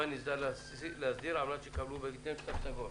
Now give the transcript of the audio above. מה ניתן להסדיר על מנת שיקבלו בהקדם תו סגול.